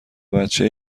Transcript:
بچه